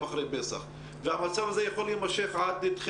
אני חושב שאנחנו המדינה מהמתקדמות בעולם